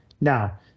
Now